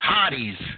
Hotties